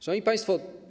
Szanowni Państwo!